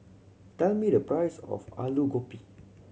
tell me the price of Alu Gobi